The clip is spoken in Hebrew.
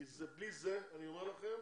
כי בלי זה, אני אומר לכם,